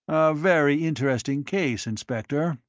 very interesting case, inspector,